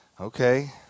okay